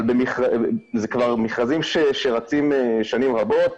אבל זה כבר מכרזים שרצים שנים רבות.